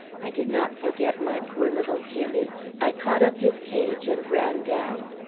i did not forget my poor little jimmy i caught up his cage and ran down.